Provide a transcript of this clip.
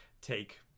take